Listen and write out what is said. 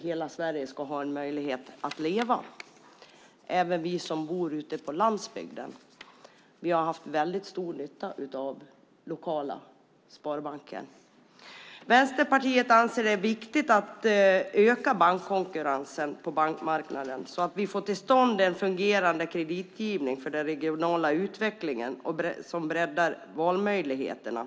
Hela Sverige ska ha en möjlighet att leva, även vi som bor ute på landsbygden. Vi har haft väldigt stor nytta av lokala sparbanken. Vänsterpartiet anser att det är viktigt att öka konkurrensen på bankmarknaden så att vi får till stånd en fungerande kreditgivning för den regionala utvecklingen som breddar valmöjligheterna.